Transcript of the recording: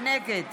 נגד